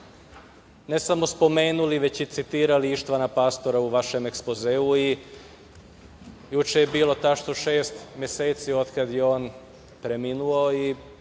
ne samo spomenuli, već i citirali Ištvana Pastora u vašem ekspozeu. Juče je bilo tačno šest meseci od kada je on preminuo i